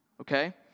okay